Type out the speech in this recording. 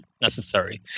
necessary